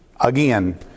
again